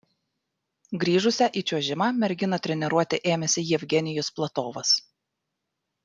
grįžusią į čiuožimą merginą treniruoti ėmėsi jevgenijus platovas